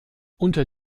unter